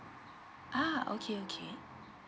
ah okay okay